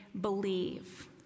believe